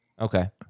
okay